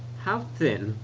how thin